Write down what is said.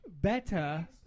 better